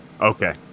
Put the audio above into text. okay